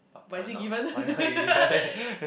but it is given